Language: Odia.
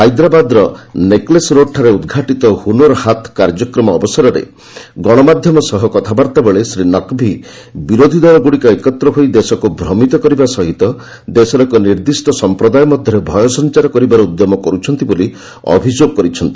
ହାଇଦ୍ରାବାଦର ନେକଲେସ୍ ରୋଡଠାରେ ଉଦ୍ଘାଟିତ ହ୍ରନର୍ ହାଥ୍ କାର୍ଯ୍ୟକ୍ରମ ଅବସରରେ ଗଣମାଧ୍ୟମ ସହ କଥାବାର୍ତ୍ତାବେଳେ ଶ୍ରୀ ନକ୍ଭି ବିରୋଧୀଦଳଗୁଡିକ ଏକତ୍ର ହୋଇ ଦେଶକୁ ଭ୍ରମିତ କରିବା ସହିତ ଦେଶର ଏକ ନିର୍ଦ୍ଧିଷ୍ଟ ସମ୍ପ୍ରଦାୟ ମଧ୍ୟରେ ଭୟ ସଞ୍ଚାର କରିବାର ଉଦ୍ୟମ କର୍ଛନ୍ତି ବୋଲି ଅଭିଯୋଗ କରିଛନ୍ତି